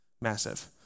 Massive